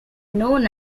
known